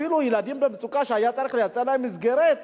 אפילו ילדים במצוקה שהיה צריך לייצר להם מסגרת,